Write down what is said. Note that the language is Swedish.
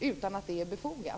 utan att det är befogat?